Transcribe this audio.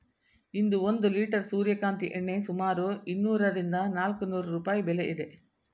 ಇಂದು ಒಂದು ಲಿಟರ್ ಸೂರ್ಯಕಾಂತಿ ಎಣ್ಣೆ ಸುಮಾರು ಇನ್ನೂರರಿಂದ ನಾಲ್ಕುನೂರು ರೂಪಾಯಿ ಬೆಲೆ ಇದೆ